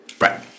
right